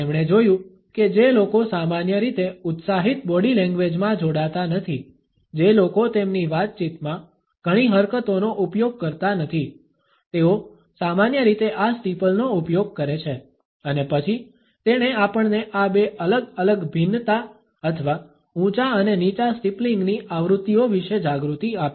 તેમણે જોયું કે જે લોકો સામાન્ય રીતે ઉત્સાહિત બોડી લેંગ્વેજમાં જોડાતા નથી જે લોકો તેમની વાતચીતમાં ઘણી હરકતોનો ઉપયોગ કરતા નથી તેઓ સામાન્ય રીતે આ સ્ટીપલનો ઉપયોગ કરે છે અને પછી તેણે આપણને આ બે અલગ અલગ ભિન્નતા અથવા ઉંચા અને નીચા સ્ટીપલિંગની આવૃત્તિઓ વિશે જાગૃતિ આપી